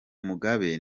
mugabe